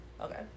Okay